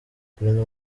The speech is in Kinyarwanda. kurinda